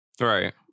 right